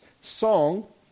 song